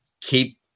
keep